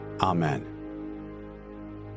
amen